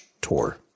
tour